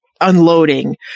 unloading